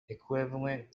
equivalent